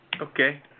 Okay